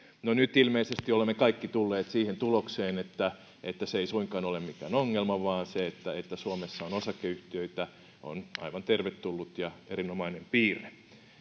no nyt ilmeisesti olemme kaikki tulleet siihen tulokseen että että se ei suinkaan ole mikään ongelma vaan se että että suomessa on osakeyhtiöitä on aivan tervetullut ja erinomainen piirre